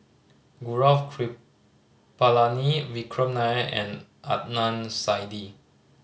Gaurav Kripalani Vikram Nair and Adnan Saidi